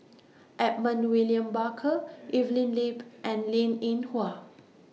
Edmund William Barker Evelyn Lip and Linn in Hua